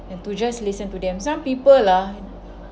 and to just listen to them some people ah